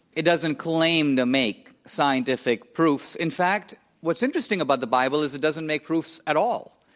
it doesn't claim to make scientific proofs. in fact, what's interesting about the bible is it doesn't make proofs at all.